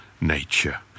nature